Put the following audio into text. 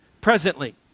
presently